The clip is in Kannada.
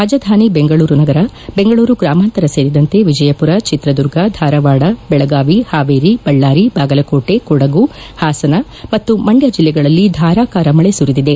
ರಾಜಧಾನಿ ಬೆಂಗಳೂರು ನಗರ ಬೆಂಗಳೂರು ಗ್ರಾಮಾಂತರ ಸೇರಿದಂತೆ ವಿಜಯಮರ ಚಿತ್ರದುರ್ಗ ಧಾರವಾಡ ಬೆಳಗಾವಿ ಹಾವೇರಿ ಬಳ್ಳಾರಿ ಬಾಗಲಕೋಟೆ ಕೊಡಗು ಪಾಸನ ಮತ್ತು ಮಂಡ್ನ ಜಿಲ್ಲೆಗಳಲ್ಲಿ ಧಾರಾಕಾರ ಮಳೆ ಸುರಿದಿದೆ